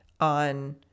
On